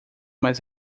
mais